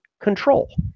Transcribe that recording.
control